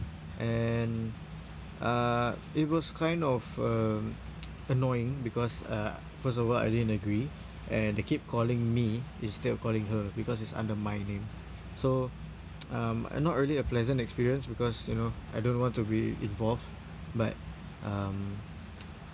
and uh it was kind of um annoying because uh first of all I didn't agree and they keep calling me instead of calling her because it's under my name so um not really a pleasant experience because you know I don't want to be involved but um